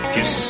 Kiss